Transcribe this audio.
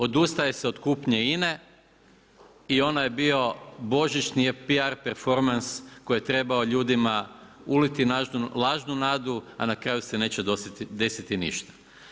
Odustaje se od kupnje INA-e i ono je bio božićni PR performans koji je trebao ljudima uliti lažnu nadu, a na kraju se neće desiti ništa.